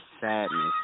sadness